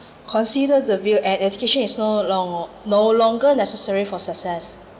consider the view at education is no long~ no longer necessary for success